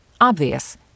Obvious